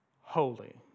holy